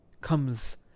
comes